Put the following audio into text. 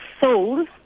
sold